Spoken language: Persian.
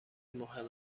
مهم